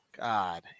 God